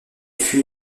fut